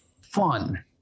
fun